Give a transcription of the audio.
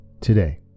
today